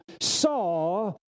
saw